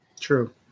True